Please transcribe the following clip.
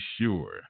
sure